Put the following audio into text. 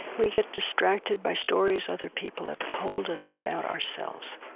we get distracted by stories other people have told us about ourselves,